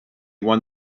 won